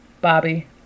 Bobby